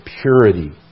purity